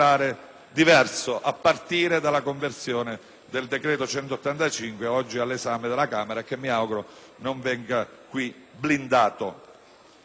diverso, a partire dalla conversione del decreto-legge n. 185, oggi all'esame della Camera e che mi auguro non venga qui blindato.